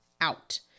out